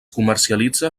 comercialitza